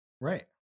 right